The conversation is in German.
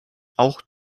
auch